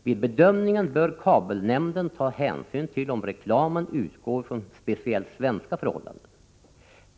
Vid bedömningen bör kabelnämnden ta hänsyn till om reklamen utgår från speciellt svenska förhållanden.